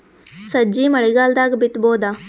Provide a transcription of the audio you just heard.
ಸಜ್ಜಿ ಮಳಿಗಾಲ್ ದಾಗ್ ಬಿತಬೋದ?